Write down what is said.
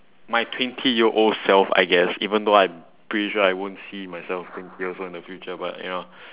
my twenty year old self I guess even though I'm pretty sure I won't see myself twenty years old in the future but you know